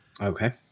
okay